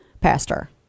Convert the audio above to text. pastor